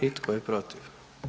I tko je protiv?